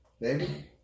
baby